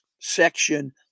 section